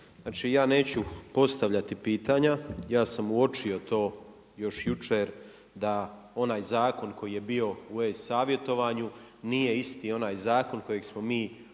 znači ja neću postavljati pitanja, ja sam uočio to još jučer da onaj zakon koji je bio u e-savjetovanju nije isti onaj zakon kojeg smo mi ovdje